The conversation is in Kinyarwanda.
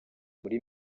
muri